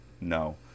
No